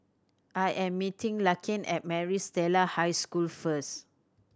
I am meeting Larkin at Maris Stella High School first